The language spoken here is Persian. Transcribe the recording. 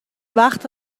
وقت